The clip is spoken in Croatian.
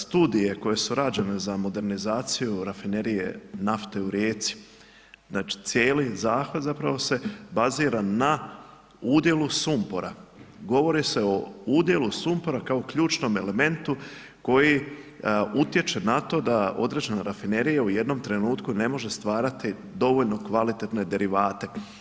Studije koje su rađene za modernizaciju rafinerije nafte u Rijeci, znači, cijeli zahtjev zapravo se bazira na udjelu sumpora, govori se o udjelu sumpora kao ključnom elementu koji utječe na to da određena rafinerija u jednom trenutku ne može stvarati dovoljno kvalitetne derivate.